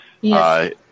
Yes